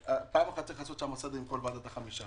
פעם אחת צריך לעשות שם סדר עם כל ועדת החמישה.